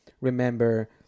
remember